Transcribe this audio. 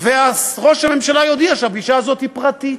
וראש הממשלה יודיע שהפגישה הזאת פרטית.